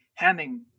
hamming